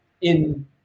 in-